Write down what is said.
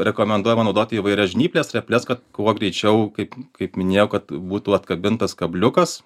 rekomenduojama naudoti įvairias žnyples reples kad kuo greičiau kaip kaip minėjau kad būtų atkabintas kabliukas